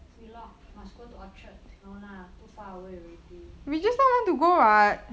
wheelock must go to orchard no lah too far away already